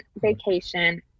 vacation